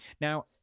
Now